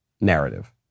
narrative